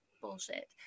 bullshit